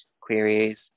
queries